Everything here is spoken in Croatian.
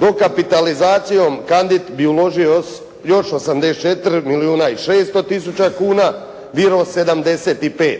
Dokapitalizacijom "Kandit" bi uložio još 84 milijuna i 600 tisuća kuna, "Viro" 75